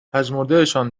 پژمردهشان